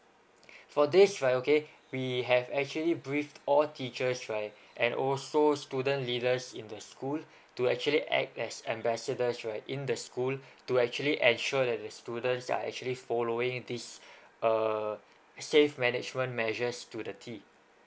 for this right okay we have actually brief all teachers right and also student leaders in the school to actually act as ambassadors right in the school to actually ensure that the students are actually following this uh safe management measures to the